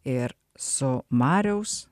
ir su mariaus